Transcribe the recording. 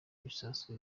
ibisasu